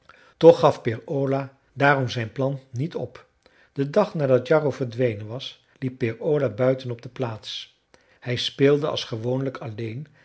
toch gaf peer ola daarom zijn plan niet op den dag nadat jarro verdwenen was liep peer ola buiten op de plaats hij speelde als gewoonlijk alleen